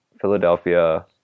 Philadelphia